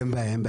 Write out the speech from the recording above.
אין בעיה.